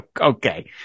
Okay